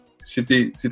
C'était